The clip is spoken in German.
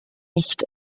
nicht